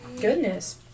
Goodness